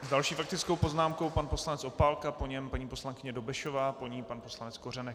S další faktickou poznámkou pan poslanec Opálka, po něm paní poslankyně Dobešová, po ní pan poslanec Kořenek.